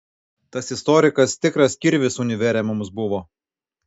tas istorikas tikras kirvis univere mums buvo